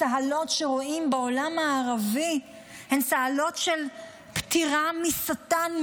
הצהלות שרואים בעולם הערבי הן צהלות פטירה משטן,